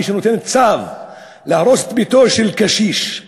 מי שנותן צו להרוס את ביתו של קשיש,